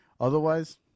Otherwise